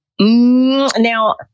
Now